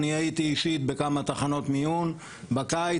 אני הייתי אישית בכמה תחנות מיון בקיץ,